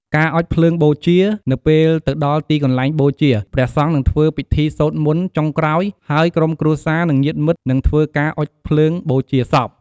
ការអុជភ្លើងបូជា នៅពេលទៅដល់ទីកន្លែងបូជា ព្រះសង្ឃនឹងធ្វើពិធីសូត្រមន្តចុងក្រោយ ហើយក្រុមគ្រួសារ និងញាតិមិត្តនឹងធ្វើការអុជភ្លើងបូជាសព។